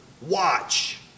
watch